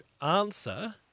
answer